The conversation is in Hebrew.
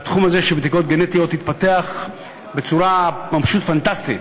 והתחום הזה של בדיקות גנטיות התפתח בצורה פשוט פנטסטית.